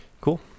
Cool